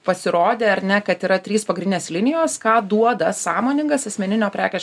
pasirodė ar ne kad yra trys pagrindinės linijos ką duoda sąmoningas asmeninio prekės